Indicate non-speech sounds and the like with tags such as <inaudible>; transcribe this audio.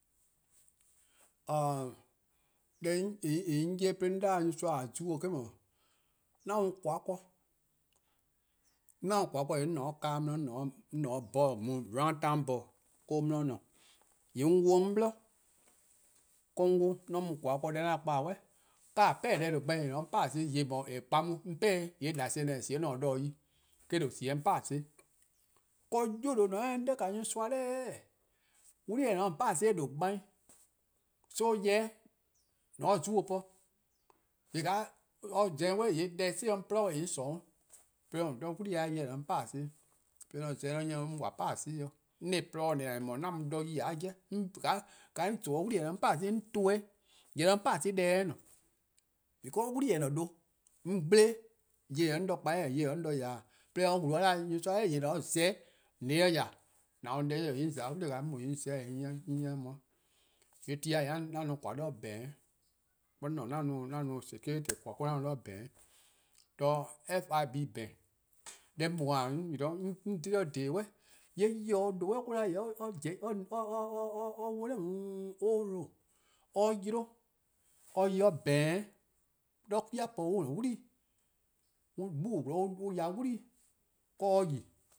:Oror: deh <hesitation> 'on 'ye-a' 'de 'on 'da nyorsoa :a zio' eh-: 'dhu, 'an mu :koan: bo, 'an mu-a :koan: bo :yee' 'on :ne 'de 'kaa di, 'on :ne 'de bos :or no-a round town bos or-: :korn 'di 'on :ne, :yee' 'on 'wluh 'de 'on 'bli, 'de :wor 'on 'wluh 'de 'an mu :koan: bo. Deh 'an kpa-a, 'kaa: 'peh-deh :due' gbai' :ne 'de 'on 'paa-dih, :yeh :eh kpa 'on 'on 'pehe-eh, :yee' lase: :ne :eh :sie :ao' :mor 'on taa 'de-ka yi eh :due' sie de 'on 'paa-dih', 'de :wor 'yu :due' :ne or 'da, nyorsoa' 'daeee:! 'Wli-eh: :eh :ne-a 'de :on 'paa-dih eh :due' gbai', so ya-eh 'de :on 'ye-or zio po. :yee' :ka or za-eh 'suh :yee' deh zio' 'on :gwlii'-dih, :yee' 'on :sorn 'weh, 'de 'on mu 'de 'wli-eh 'jeh :dao' :eh :ne-a 'de 'on 'paa-dih 'de 'on 'o 'on 'nyi-eh-uh 'on :flon 'paa-dih dih, 'on se-eh :porluh ken-dih :na-dih :eh :mor 'an mu 'de-ka :ye-a 'jeh. <hesitation> :ka 'on to-a 'o 'wli-eh :eh :ne-a 'de 'on 'paa-dih, 'on to-eh 'o!, :yee' deh se 'de 'on :paa-dih :ne, because 'wli-eh :eh :ne-a :due' 'on gble-aa', :yeh :eh 'ye-a 'on de kpa, 'dekorn: :yeh eh 'ye-a on 'de ya-', 'de or wlu or 'da, nyorsoa 'da, :yeh :ne-a :za-eh 'o :on 'ye-eh 'de :ya :an mu deh 'ye-', :yee' 'on mu 'on :za 'o 'wli-eh 'o 'on :za-eh 'o 'on 'nyi or 'weh. :yee' ti :dao' 'an no :koan 'de :bank', 'de :wor 'on :ne 'an no security :koan: 'de :bank, 'de fib :bank-', deh 'on mu-a 'de 'on nyni-a 'on :dhe-dih :dheeee:, :yee' nyor-kpalu :due' :or-: 'da <hesitation> or 'wluh <hesitation> old road, or 'yle, or yi 'de bank-' 'de :dha 'kwi-a po an-a'a: 'wlii, 'gbu :on :korn-a 'zorn an ya-a' 'wlii 'de :wor or yi.